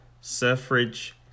Suffrage